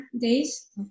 days